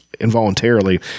Involuntarily